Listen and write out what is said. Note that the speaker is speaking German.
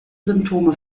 symptome